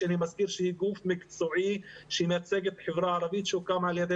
שאני מזכיר שהיא גוף מקצועי שמייצגת את החברה הערבית שהוקמה על-ידי